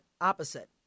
opposite